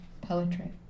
poetry